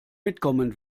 mitkommen